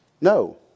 No